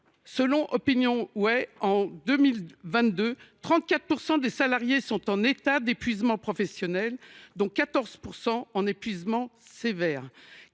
selon Opinion Way, en 2022, 34 % des salariés étaient en état d’épuisement professionnel, 14 % en état d’épuisement sévère